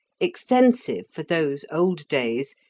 extensive for those old days,